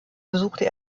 besuchte